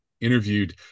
interviewed